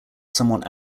somewhat